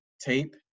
tape